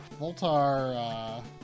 Voltar